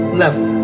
level